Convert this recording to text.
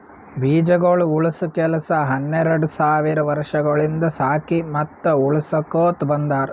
ಬೀಜಗೊಳ್ ಉಳುಸ ಕೆಲಸ ಹನೆರಡ್ ಸಾವಿರ್ ವರ್ಷಗೊಳಿಂದ್ ಸಾಕಿ ಮತ್ತ ಉಳುಸಕೊತ್ ಬಂದಾರ್